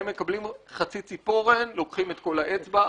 הם מקבלים חצי ציפורן ולוקחים את כל האצבע,